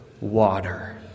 water